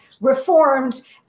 reformed